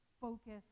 focus